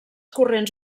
corrents